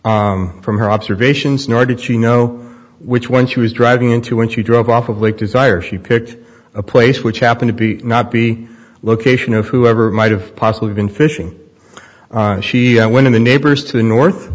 was from her observations nor did she know which one she was driving into when she drove off of lake desire she picked a place which happen to be not be location of whoever might have possibly been fishing she went in the neighbors to the north